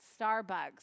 Starbucks